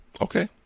Okay